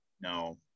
no